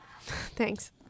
Thanks